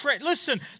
Listen